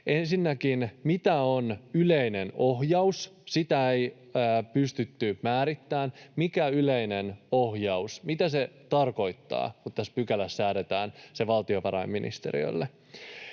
Ensinnäkin, mitä on yleinen ohjaus? Sitä ei pystytty määrittämään, mitä yleinen ohjaus tarkoittaa, kun tässä pykälässä säädetään se valtiovarainministeriölle.